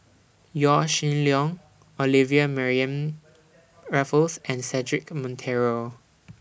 Yaw Shin Leong Olivia Mariamne Raffles and Cedric Monteiro